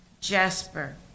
Jasper